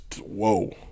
Whoa